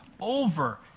over